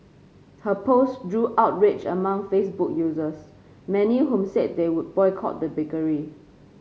her post drew outrage among Facebook users many whom said they would boycott the bakery